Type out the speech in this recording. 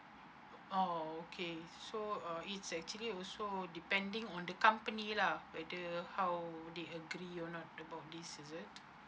oh okay so uh it's actually also depending on the company lah whether how they agree or not the four weeks is it